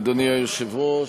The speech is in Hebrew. אדוני היושב-ראש,